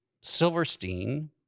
Silverstein